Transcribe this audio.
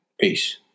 Peace